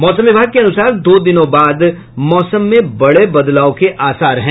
मौसम विभाग के अनुसार दो दिनों बाद मौसम में बड़े बदलाव के आसार हैं